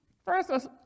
First